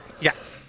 Yes